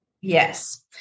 Yes